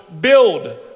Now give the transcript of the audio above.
build